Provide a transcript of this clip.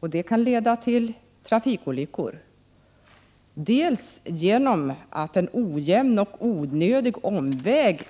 vilket kan leda till olyckor och också till miljöskador genom att de måste ta en onödig omväg.